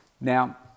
Now